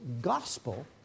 gospel